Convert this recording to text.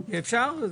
אפשר?